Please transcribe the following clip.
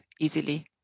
easily